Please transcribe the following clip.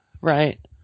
right